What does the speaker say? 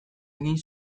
egin